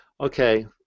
okay